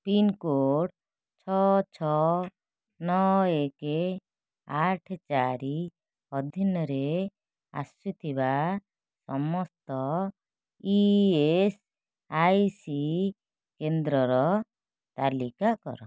pin code ଛଅ ଛଅ ନଅ ଏକ ଆଠ ଚାରି ଅଧୀନରେ ଆସୁଥିବା ସମସ୍ତ ଇ ଏସ୍ ଆଇ ସି କେନ୍ଦ୍ରର ତାଲିକା କର